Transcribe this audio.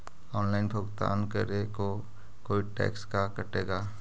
Online भुगतान करे को कोई टैक्स का कटेगा?